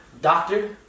doctor